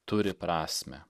turi prasmę